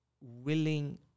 willing